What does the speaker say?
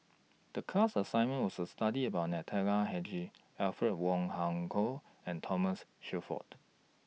The class assignment was to study about Natalie Hennedige Alfred Wong Hong Kwok and Thomas Shelford